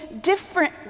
different